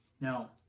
Now